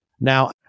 Now